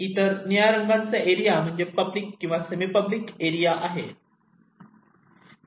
इतर निळ्या रंगाचा एरिया म्हणजे पब्लिक किंवा सेमी पब्लिक एरिया आहे